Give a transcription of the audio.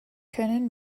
können